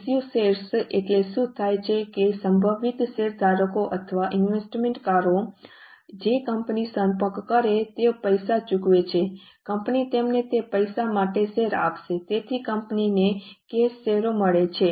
issue shares એટલે શું થાય છે કે સંભવિત શેરધારકો અથવા ઇન્વેસ્ટમેન્ટ કારો જે કંપનીનો સંપર્ક કરે છે તેઓ પૈસા ચૂકવે છે કંપની તેમને તે પૈસા માટે શેર આપશે તેથી કંપનીને કેશ શેરો મળે છે